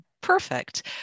Perfect